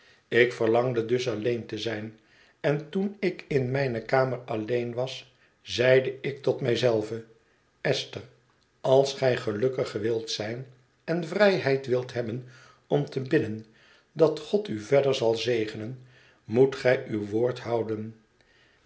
ik verlangde dus alleen te zijn en toen ik in mijne kamer alleen was zeide ik tot mij zelve esther als gij gelukkig wilt zijn en vrijheid wilt hebben om te bidden dat god u verder zal zegenen moet gij uw woord houden